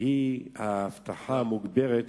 היא האבטחה המוגברת